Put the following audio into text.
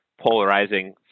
polarizing